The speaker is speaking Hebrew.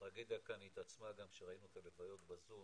הטרגדיה כאן התעצמה גם כשראינו את הלוויות בזום,